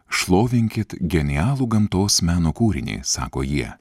šlovinkit genialų gamtos meno kūrinį sako jie